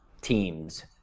teams